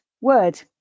word